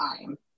time